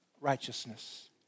righteousness